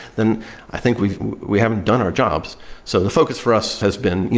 then i think we we haven't done our jobs so the focus for us has been,